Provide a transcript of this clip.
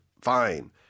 Fine